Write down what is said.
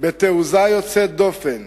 בתעוזה יוצאת דופן,